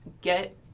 get